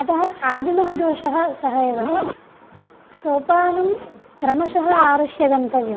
अतः आदिमः दोषः सः एव सोपानं क्रमशः आरुह्य गन्तव्यं